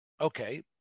okay